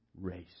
race